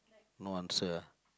no answer ah